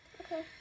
Okay